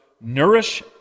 nourish